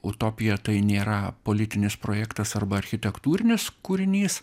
utopija tai nėra politinis projektas arba architektūrinis kūrinys